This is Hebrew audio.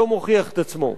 לא מוכיח את עצמו.